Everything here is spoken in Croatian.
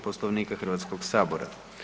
Poslovnika Hrvatskog sabora.